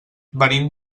venim